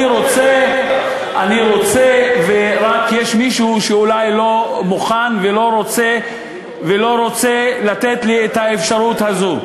אני רוצה ורק יש מישהו שאולי לא מוכן ולא רוצה לתת לי את האפשרות הזו.